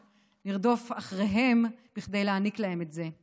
נרדוף אחריהם כדי להעניק להם את זה.